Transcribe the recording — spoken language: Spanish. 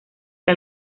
que